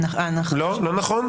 זה לא נכון?